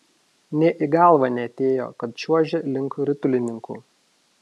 nė į galvą neatėjo kad čiuožia link ritulininkų